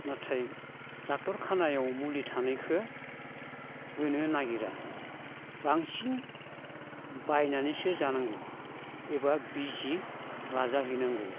नाथाय ड'क्टर खानायाव मुलि थानायखो होनो नायगिरा बांसिन बायनानैसो जानांगौ एबा बिजि लाजाहैनांगौ